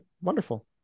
Wonderful